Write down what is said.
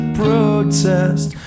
protest